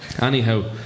Anyhow